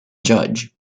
judge